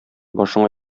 башыңа